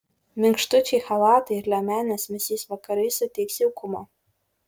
minkštučiai chalatai ir liemenės vėsiais vakarais suteiks jaukumo